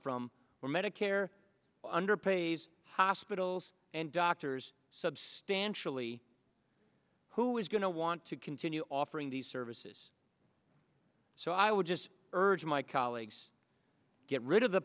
from where medicare underpays hospitals and doctors substantially who is going to want to continue offering these services so i would just urge my colleagues get rid of the